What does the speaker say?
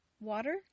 water